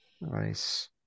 nice